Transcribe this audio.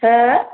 हो